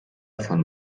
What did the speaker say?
von